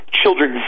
children